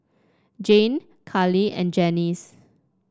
Jane Karli and Janis